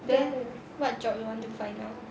then what job you want to find now